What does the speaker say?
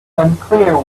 unclear